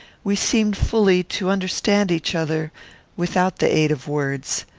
we seemed fully to understand each other without the aid of words.